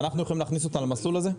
אנחנו יכולים להכניס אותם למסלול הזה?